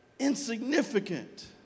insignificant